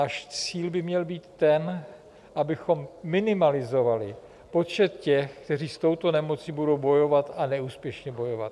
Náš cíl by měl být ten, abychom minimalizovali počet těch, kteří s touto nemocí budou bojovat, a neúspěšně bojovat.